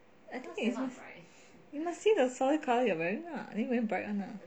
I think it's just you must see the solid color you wearing lah are you wearing bright or not